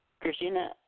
Christina